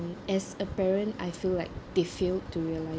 as a parent I feel like they failed to realize